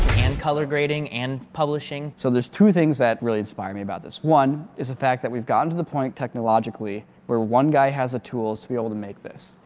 and color grading and publishing. so there's two things that really inspire me about this one is the fact that we've gotten to the point technologically where one guy has the tools to be able to make this.